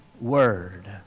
word